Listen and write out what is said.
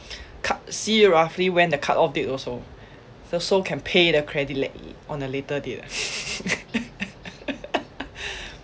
cu~ see roughly when the cut-off date also so can pay their credit late on a later date ah